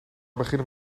beginnen